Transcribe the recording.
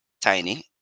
tiny